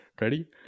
Ready